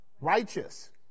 Righteous